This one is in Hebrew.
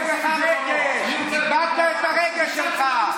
אנחנו, איבדת את הרגש שלך.